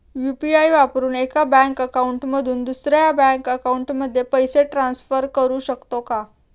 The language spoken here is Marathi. यु.पी.आय वापरून एका बँक अकाउंट मधून दुसऱ्या बँक अकाउंटमध्ये पैसे ट्रान्सफर करू शकतो का?